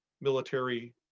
military